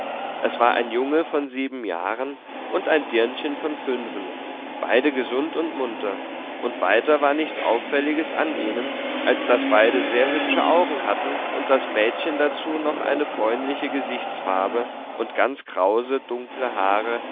es war ein junge von sieben jahren und ein dirnchen von fünfen beide gesund und munter und weiter war nichts auffälliges an ihnen als daß beide sehr hübsche augen hatten und das mädchen dazu noch eine bräunliche gesichtsfarbe und ganz krause dunkle haare